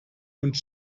und